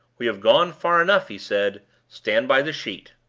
we have gone far enough, he said. stand by the sheet!